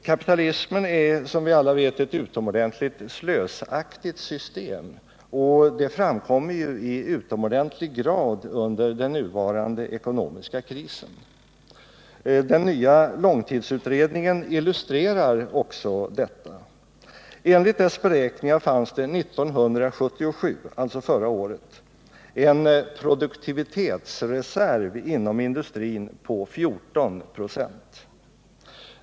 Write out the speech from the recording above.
Kapitalismen är som vi alla vet ett utomordentligt slösaktigt system, och det framkommer ju i utomordentligt hög grad under den nuvarande ekonomiska krisen. Den nya långtidsutredningen illustrerar också detta. Enligt dess beräkningar fanns det 1977 en produktivitetsreserv inom industrin på 14 96.